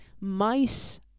mice